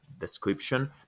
description